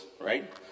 right